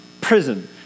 prison